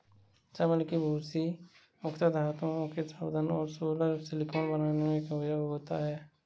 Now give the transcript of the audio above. चावल की भूसी मुख्यता धातुओं के शोधन और सोलर सिलिकॉन बनाने में प्रयोग होती है